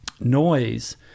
noise